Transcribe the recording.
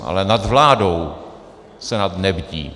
Ale nad vládou Senát nebdí.